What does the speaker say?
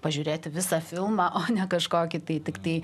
pažiūrėti visą filmą o ne kažkokį tai tiktai